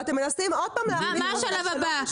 ואתם מנסים עוד פעם מה השלב הבא?